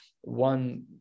One